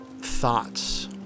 thoughts